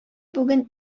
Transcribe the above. бүген